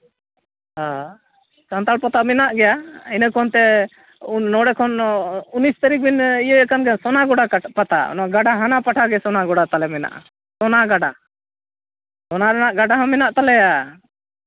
ᱦᱮᱸ ᱥᱟᱱᱛᱟᱲ ᱯᱟᱛᱟ ᱢᱮᱱᱟᱜ ᱜᱮᱭᱟ ᱤᱱᱟᱹ ᱠᱷᱚᱱ ᱛᱮ ᱱᱚᱰᱮ ᱠᱷᱚᱱ ᱩᱱᱤᱥ ᱛᱟᱹᱨᱤᱠᱷ ᱤᱭᱟᱹ ᱭᱮᱫ ᱠᱟᱱ ᱜᱮᱭᱟ ᱥᱳᱱᱟ ᱜᱟᱰᱟ ᱯᱟᱛᱟ ᱚᱱᱟ ᱜᱟᱰᱟ ᱦᱟᱱᱟ ᱯᱟᱦᱴᱟ ᱜᱮ ᱥᱳᱱᱟᱜᱟᱰᱟ ᱛᱟᱞᱮ ᱢᱮᱱᱟᱜᱼᱟ ᱥᱳᱱᱟᱜᱟᱰᱟ ᱚᱱᱟ ᱨᱮᱭᱟᱜ ᱜᱟᱰᱟ ᱦᱚᱸ ᱢᱮᱱᱟᱜ ᱛᱟᱞᱮᱭᱟ